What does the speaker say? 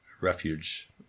Refuge